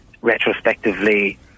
retrospectively